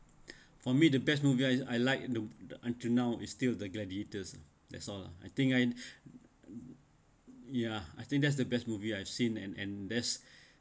for me the best movies I like the the until now is still the gladiators lah that's all lah I think I ya I think that's the best movie I've seen and and there's